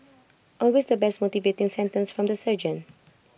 always the best motivating sentence from the sergeant